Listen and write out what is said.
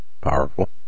Powerful